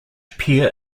appear